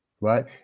right